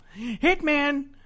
Hitman